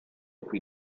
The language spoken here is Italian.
qui